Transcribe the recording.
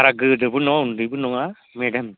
अ बारा गोदोरबो नङा उन्दैबो नङा मिदियाम